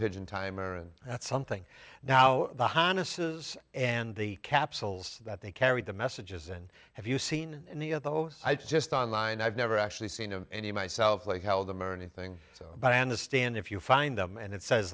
pigeon timer and that's something now the harnesses and the capsules that they carry the messages and have you seen any of those just on line i've never actually seen any myself like held them or anything but i understand if you find them and it says